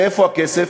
ואיפה הכסף?